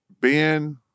Ben